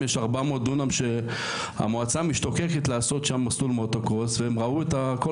זו ההצעה שלי, אתם